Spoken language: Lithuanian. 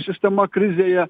sistema krizėje